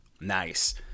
Nice